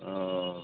हँ